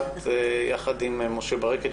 את יחד עם משה ברקת,